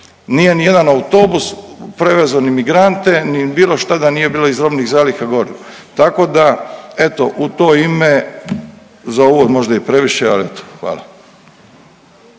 Nije ni jedan autobus prevezao ni emigrante ni bilo šta da nije bilo iz robnih zaliha goriva. Tako da eto u to ime za uvod možda i previše, ali eto. Hvala.